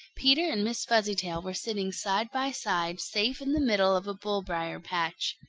peter and miss fuzzytail were sitting side by side safe in the middle of a bull-briar patch.